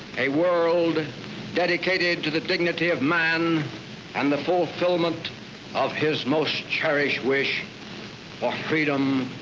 a world dedicated to the dignity of man and the fulfillment of his most cherished wish for freedom,